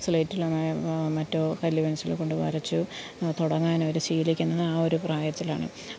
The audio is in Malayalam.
സ്ലേറ്റിലോ നായ മറ്റൊ കല്ല് പെൻസിൽ കൊണ്ട് വരച്ച് തുടങ്ങാനവര് ശീലിക്കുന്നതാണ് ഒരു പ്രായത്തിലാണ്